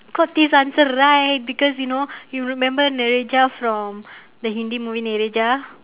got this answer right because you know you remember najera from the hindi movie najera